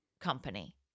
company